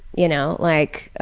you know, like